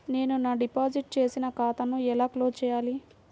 నేను నా డిపాజిట్ చేసిన ఖాతాను ఎలా క్లోజ్ చేయాలి?